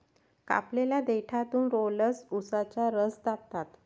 कापलेल्या देठातून रोलर्स उसाचा रस दाबतात